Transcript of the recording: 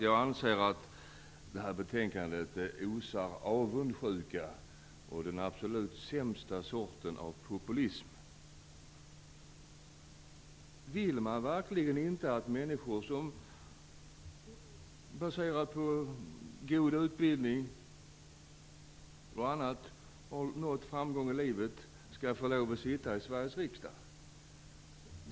Jag anser att det här betänkandet osar avundsjuka och den absolut sämsta sorten av populism. Vill man verkligen inte att människor som, baserat på god utbildning och annat, har nått framgång i livet skall få lov att sitta i Sveriges riksdag?